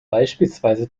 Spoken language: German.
beispielsweise